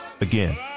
Again